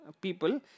people